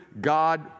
God